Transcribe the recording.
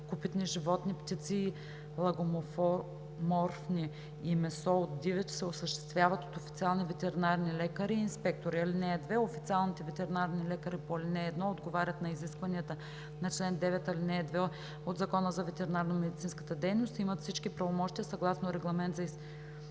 копитни животни, птици и лагоморфни и месо от дивеч се осъществяват от официални ветеринарни лекари и инспектори. (2) Официалните ветеринарни лекари по ал. 1 отговарят на изискванията на чл. 9, ал. 2 от Закона за ветеринарномедицинската дейност и имат всички правомощия съгласно Регламент за изпълнение